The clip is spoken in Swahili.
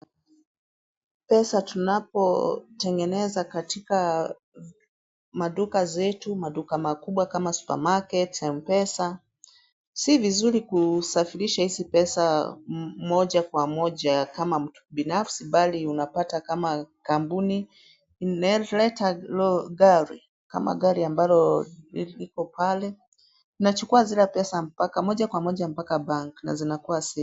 Pesa tunapotengeneza katika maduka zetu, maduka makubwa kama supermarket ,mpesa. Si vizuri kusafirisha hizi pesa moja kwa moja kama mtu kibinafsi bali unapata kama kampuni imeleta gari kama gari ambalo liko pale na inachukua zile pesa moja kwa moja hadi bank na zinakuwa saved .